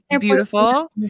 Beautiful